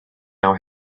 our